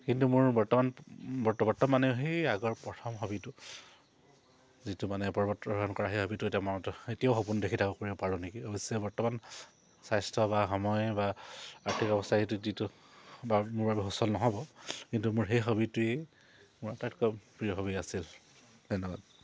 কিন্তু মোৰ বৰ্তমান বৰ্ত বৰ্তমানে সেই আগৰ প্ৰথম হবীটো যিটো মানে পৰ্বত আৰোহণ কৰা সেই হবীটো এতিয়া মনত এতিয়াও সপোন দেখি থাকো কৰিব পাৰোঁ নেকি অৱশ্যে বৰ্তমান স্বাস্থ্য বা সময় বা আৰ্থিক অৱস্থা সেইটো যিটো বা মোৰ বাবে সুচল নহ'ব কিন্তু মোৰ সেই হবীটোৱেই মোৰ আটাইতকৈ প্ৰিয় হবী আছিল ধন্যবাদ